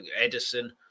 Edison